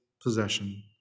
possession